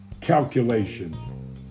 calculation